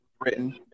written